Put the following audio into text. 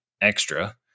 extra